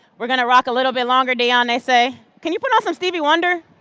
we are going to rock a little bit longer, dionne they say. can you put on some stevie wonder.